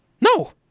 No